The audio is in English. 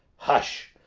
hush!